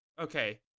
Okay